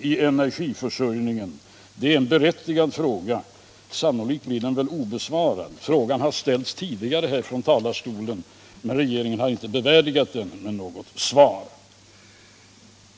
det gäller energiförsörjningen? Det är en berättigad fråga, men sannolikt blir den obesvarad. Frågan har ställts tidigare från den här talarstolen, men regeringen har inte bevärdigat den med något svar.